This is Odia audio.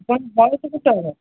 ଆପଣଙ୍କ ବୟସ କେତେ ହେବ